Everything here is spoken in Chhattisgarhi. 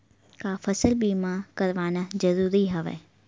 का फसल बीमा करवाना ज़रूरी हवय?